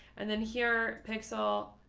and then here, pixel,